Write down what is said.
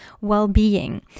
well-being